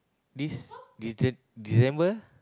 this Dec~ December